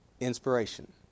inspiration